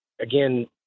again